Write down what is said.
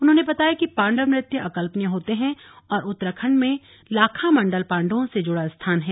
उन्होंने बताया कि पांडव नृत्य अकल्पनीय होते हैं और उत्तराखण्ड में लाखा मण्डल पांडवों से जुड़ा स्थान है